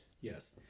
Yes